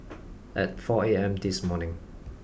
at four A M this morning